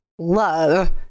Love